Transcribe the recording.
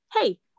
Hey